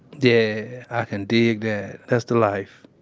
yeah, i can dig that. that's the life